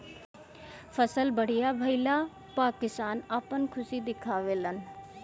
फसल बढ़िया भइला पअ किसान आपन खुशी दिखावे लन